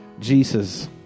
Jesus